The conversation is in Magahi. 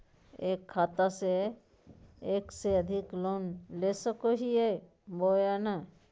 एक खाता से एक से अधिक लोन ले सको हियय बोया नय?